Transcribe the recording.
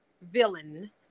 villain